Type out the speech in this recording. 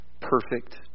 perfect